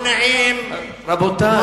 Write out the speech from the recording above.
אני מתנחל, מעולם לא תקפתי איש.